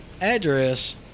address